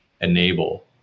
enable